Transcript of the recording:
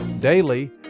Daily